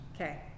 Okay